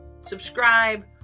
subscribe